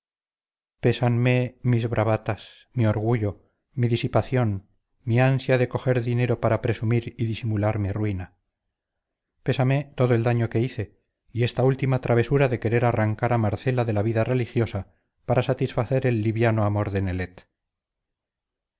castro-amézaga pésanme mis bravatas mi orgullo mi disipación mi ansia de coger dinero para presumir y disimular mi ruina pésame todo el daño que hice y esta última travesura de querer arrancar a marcela de la vida religiosa para satisfacer el liviano amor de nelet